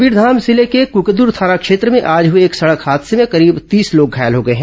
कबीरधाम जिले के कुकदूर थाना क्षेत्र में आज हुए एक सड़क हादसे में करीब तीस लोग घायल हो गए हैं